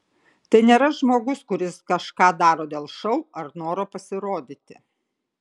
tai nėra žmogus kuris kažką daro dėl šou ar noro pasirodyti